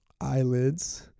eyelids